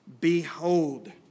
Behold